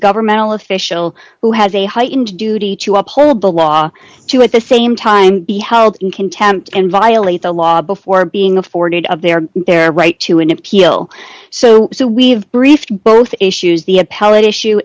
governmental official who has a heightened duty to uphold the law to at the same time be held in contempt and violate the law before being afforded of their their right to an appeal so so we have briefed both issues the appellate issue